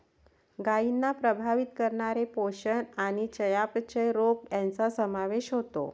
गायींना प्रभावित करणारे पोषण आणि चयापचय रोग यांचा समावेश होतो